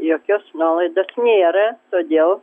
jokios nuolaidos nėra todėl